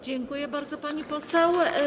Dziękuję bardzo, pani poseł.